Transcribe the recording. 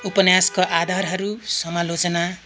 उपन्यासका आधारहरू समालोचना